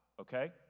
okay